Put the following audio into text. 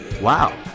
Wow